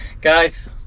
Guys